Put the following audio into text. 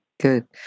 Good